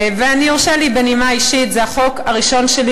ואם יורשה לי, בנימה אישית, זה החוק הראשון שלי.